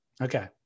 Okay